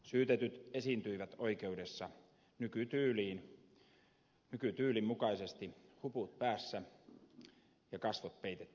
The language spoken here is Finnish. syytetyt esiintyivät oikeudessa nykytyylin mukaisesti huput päässä ja kasvot peitettyinä